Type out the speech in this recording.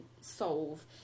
solve